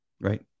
Right